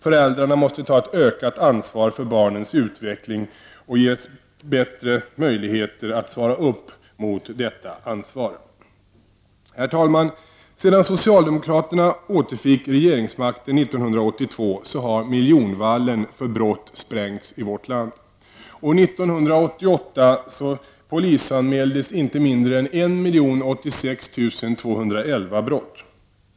Föräldrarna måste ta ett ökat ansvar för barnens utveckling och ges bättre möjligheter att svara mot detta ansvar. Herr talman! Sedan socialdemokraterna återfick regeringsmakten 1982 har miljonvallen för brott sprängts i vårt land. År 1988 polisanmäldes inte mindre än 1 086 211 brott.